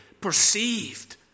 perceived